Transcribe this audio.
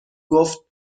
گفت